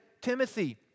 Timothy